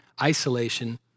isolation